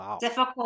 difficult